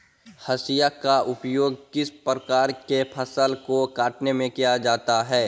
हाशिया का उपयोग किस प्रकार के फसल को कटने में किया जाता है?